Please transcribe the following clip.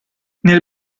nel